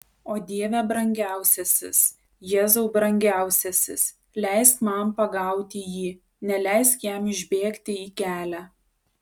o dieve brangiausiasis jėzau brangiausiasis leisk man pagauti jį neleisk jam išbėgti į kelią